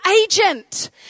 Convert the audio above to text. agent